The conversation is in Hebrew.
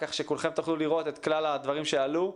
כך שכולכם תוכלו לראות את כלל הדברים שעלו.